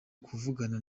kuvugana